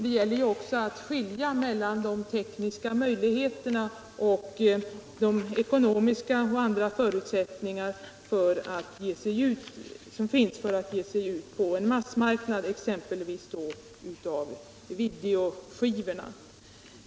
Det gäller ju också att skilja mellan tekniska möjligheter å ena sidan och å andra sidan ekonomiska och andra förutsättningar för att man skall kunna ge sig ut på en massmarknad.